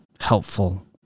helpful